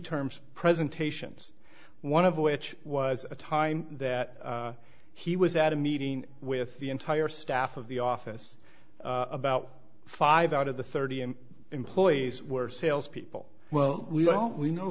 terms presentations one of which was a time that he was at a meeting with the entire staff of the office about five out of the thirty m employees were sales people well we don't we know